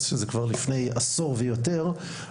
לפני עשור ויותר,